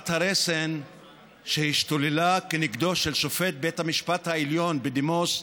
הרסן שהשתוללה כנגדו של שופט בית המשפט העליון בדימוס,